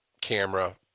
camera